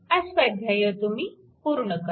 हा स्वाध्याय तुम्ही पूर्ण करा